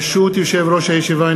ברשות יושב-ראש הישיבה,